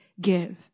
give